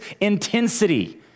intensity